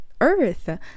earth